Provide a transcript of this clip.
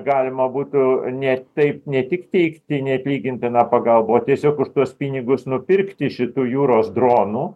galima būtų ne taip ne tik teikti neatlygintiną pagalbą o tiesiog už tuos pinigus nupirkti šitų jūros dronų